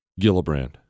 Gillibrand